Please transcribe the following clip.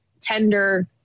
tender